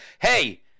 hey